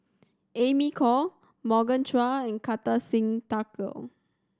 Amy Khor Morgan Chua and Kartar Singh Thakral